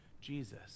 Jesus